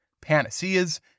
panaceas